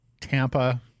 Tampa